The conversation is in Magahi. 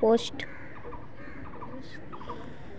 पोषक तत्त्व आर कार्बनिक पदार्थक मिला ल उर्वरता बढ़ छेक